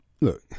look